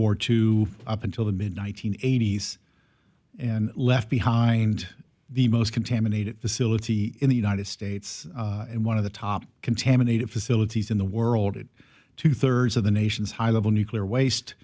war two up until the mid one nine hundred eighty s and left behind the most contaminated facility in the united states and one of the top contaminated facilities in the world it two thirds of the nation's high level nuclear waste